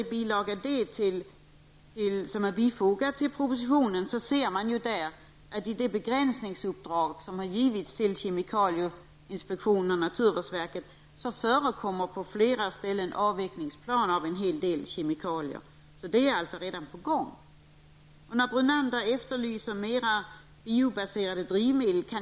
I bilaga D, som är fogad till propositionen, framgår att det begränsningsuppdrag som kemikalieinspektionen och naturvårdsverket har fått förekommer på flera ställen avvecklingsplaner av en hel del kemikalier. Det är alltså något som redan är på gång. Lennart Brunander efterlyser också mer biobaserade drivmedel.